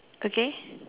okay